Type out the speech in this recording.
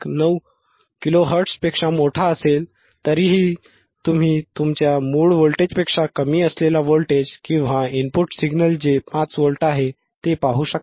9 KHz पेक्षा मोठे असले तरीही तुम्ही तुमच्या मूळ व्होल्टेजपेक्षा कमी असलेले व्होल्टेज किंवा इनपुट सिग्नल जे 5 व्होल्ट आहे ते पाहू शकता